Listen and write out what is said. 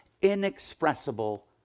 inexpressible